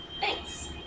Thanks